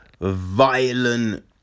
violent